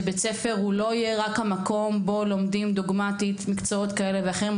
שבית ספר הוא לא יהיה רק המקום בו לומדים דוגמתית מקצועות כאלה ואחרים,